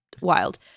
wild